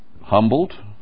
humbled